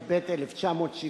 התשל"ב 1972,